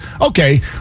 Okay